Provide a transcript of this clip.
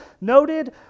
noted